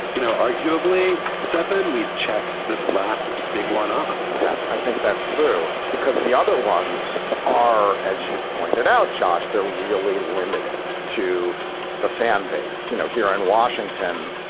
you know, arguably steffi. and we checked the last big one off yeah, i think that's true because the other ones are, as you pointed out, josh. they're really limited to the fan base. you know, here on washington,